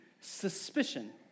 Suspicion